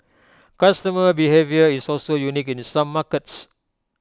customer behaviour is also unique in some markets